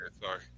sorry